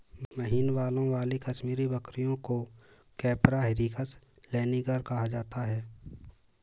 महीन बालों वाली कश्मीरी बकरियों को कैपरा हिरकस लैनिगर कहा जाता है